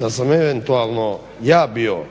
da sam eventualno ja bio